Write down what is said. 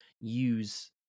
use